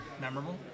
memorable